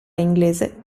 inglese